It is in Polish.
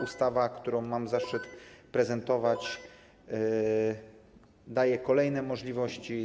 Ustawa, którą mam zaszczyt prezentować, daje kolejne możliwości.